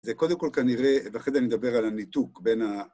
זה קודם כל כנראה, ואחרי זה אני אדבר על הניתוק בין ה...